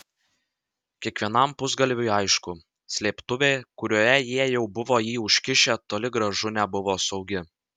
kiekvienam pusgalviui aišku slėptuvė kurioje jie jau buvo jį užkišę toli gražu nebuvo saugi